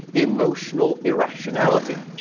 emotional irrationality.